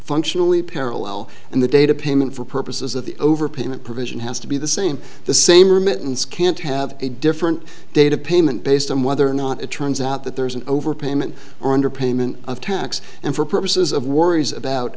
functionally parallel and the data payment for purposes of the overpayment provision has to be the same the same remittance can't have a different date of payment based on whether or not it turns out that there is an overpayment or under payment of tax and for purposes of worries about